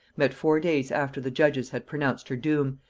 met four days after the judges had pronounced her doom,